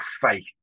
faith